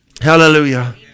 Hallelujah